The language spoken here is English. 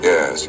Yes